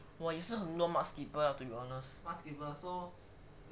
也是很多 mudskippers lah to be honest